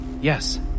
Yes